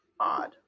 odd